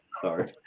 sorry